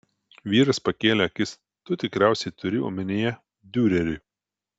vyras pakėlė akis tu tikriausiai turi omenyje diurerį